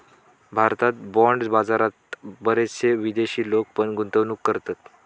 भारतात बाँड बाजारात बरेचशे विदेशी लोक पण गुंतवणूक करतत